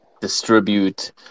distribute